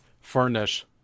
furnish